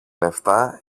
λεφτά